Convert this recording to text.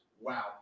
wow